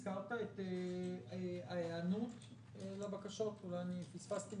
הזכרת את ההיענות לבקשות ואני פספסתי: